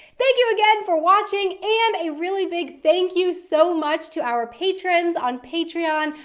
thank you again for watching. and a really big thank you so much to our patrons on patreon,